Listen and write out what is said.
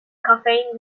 کافئین